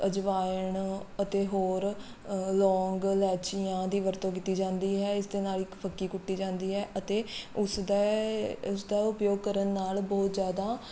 ਅਜਵਾਇਣ ਅਤੇ ਹੋਰ ਲੌਂਗ ਇਲਾਚੀਆਂ ਦੀ ਵਰਤੋਂ ਕੀਤੀ ਜਾਂਦੀ ਹੈ ਇਸ ਦੇ ਨਾਲ ਇੱਕ ਫੱਕੀ ਕੁੱਟੀ ਜਾਂਦੀ ਹੈ ਅਤੇ ਉਸਦਾ ਉਸਦਾ ਉਪਯੋਗ ਕਰਨ ਨਾਲ ਬਹੁਤ ਜ਼ਿਆਦਾ